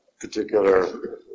particular